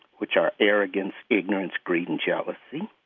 which are arrogance, ignorance, greed, and jealousy.